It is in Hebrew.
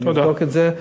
אני אבדוק את זה.